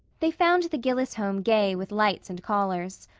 they found the gillis home gay with lights and callers.